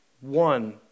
one